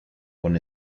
con